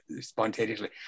spontaneously